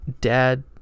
dad